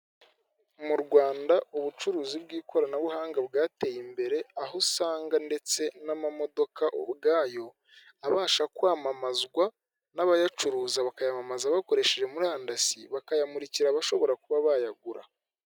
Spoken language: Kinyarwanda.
Mu Rwanda ubucuruzi bw'ikoranabuhanga bwateye imbere, aho usanga ndetse n'amamodoka ubwayo abasha kwamamazwa n'abayacuruza bakayamamaza bakoresheje murandasi, bakayamurikira abashobora kuba bayagura.